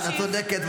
את צודקת,